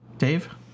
Dave